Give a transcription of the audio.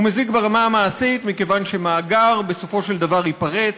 הוא מזיק ברמה המעשית מכיוון שמאגר בסופו של דבר ייפרץ.